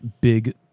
big